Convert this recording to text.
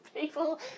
people